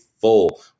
full